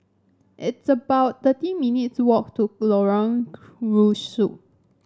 it's about thirty minutes' walk to Lorong Rusuk